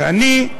שאני,